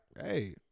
hey